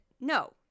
No